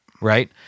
right